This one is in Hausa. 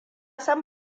san